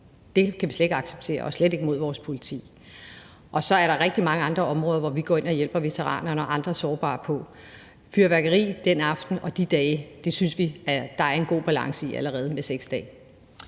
Det kan vi slet ikke acceptere, og slet ikke imod vores politi. Så er der rigtig mange andre områder, som vi går ind og hjælper veteranerne og andre sårbare på. Fyrværkeri den aften og de dage synes vi allerede der er en god balance i med 6 dage.